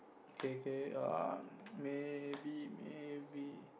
okay K err maybe maybe